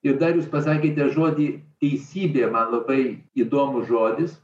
ir dar jūs pasakėte žodį teisybė man labai įdomus žodis